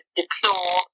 deplore